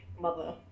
mother